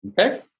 Okay